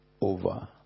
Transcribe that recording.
over